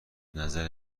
نظر